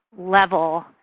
level